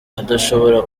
idashobora